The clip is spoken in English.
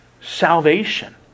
salvation